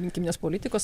rinkiminės politikos